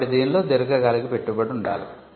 కాబట్టి దీనిలో దీర్ఘకాలిక పెట్టుబడి ఉండాలి